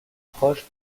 proches